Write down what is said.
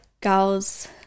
girls